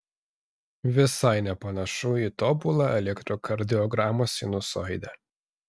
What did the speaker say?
visai nepanašu į tobulą elektrokardiogramos sinusoidę